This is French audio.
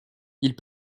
ils